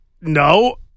No